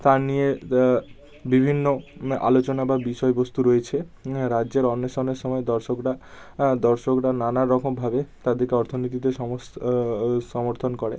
তার নিয়ে দা বিভিন্ন আলোচনা বা বিষয়বস্তু রয়েছে রাজ্যের অন্বেষণের সময় দর্শকরা দর্শকরা নানা রকমভাবে তাদেরকে অর্থনীতিতে সমস্ত সমর্থন করে